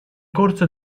corso